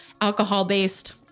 alcohol-based